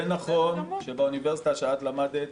זה נכון שבאוניברסיטה שאת למדת,